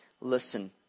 listen